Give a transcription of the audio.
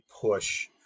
push